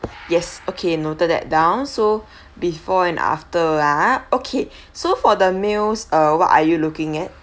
yes okay noted that down so before and after that okay so for the meals uh what are you looking at